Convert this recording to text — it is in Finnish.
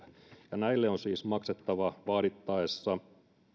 näille on siis maksettava vaadittaessa